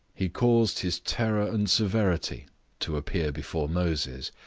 he caused his terror and severity to appear before moses,